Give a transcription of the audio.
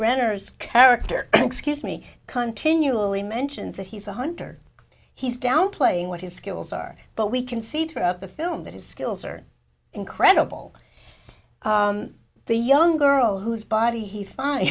renner as character excuse me continually mentions that he's a hunter he's downplaying what his skills are but we can see throughout the film that his skills are incredible the young girl whose body